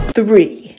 three